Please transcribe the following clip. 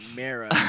Mara